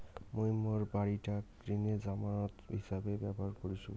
মুই মোর বাড়িটাক ঋণের জামানত হিছাবে ব্যবহার করিসু